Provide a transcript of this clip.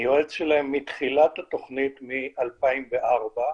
אני יועץ שלהן מתחילת התוכנית, מ-2004,